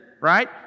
right